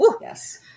Yes